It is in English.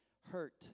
hurt